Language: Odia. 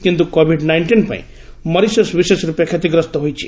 କିନ୍ତୁ କୋବିଡ଼୍ ନାଇଷ୍ଟିନ୍ ପାଇଁ ମରିସସ୍ ବିଶେଷ ରୂପେ କ୍ଷତିଗ୍ରସ୍ତ ହୋଇଛି